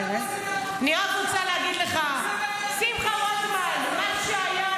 אני רק רוצה להגיד לך ------- שמחה רוטמן: מה שהיה,